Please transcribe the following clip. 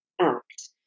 act